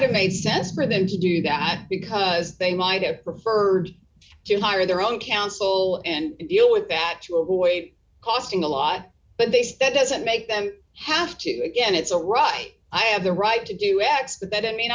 have made sense for them to do that because they might have preferred to hire their own counsel and deal with that to avoid costing a lot but they say that doesn't make them have to again it's a right i have the right to do x that that i mean